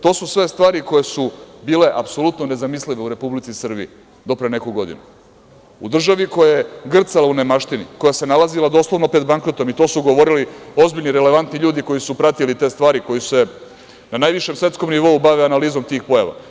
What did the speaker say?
To su sve stvari koje su bile apsolutno nezamislive u Republici Srbiji do pre neku godinu, u državi koja je grcala u nemaštini, koja se nalazila doslovno pred bankrotom i to su govorili ozbiljni, relevantni ljudi koji su pratili te stvari, koji se na najvišem svetskom nivou bave analizom tih pojava.